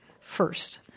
first